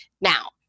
Now